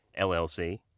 LLC